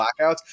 blackouts